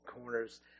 corners